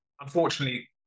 unfortunately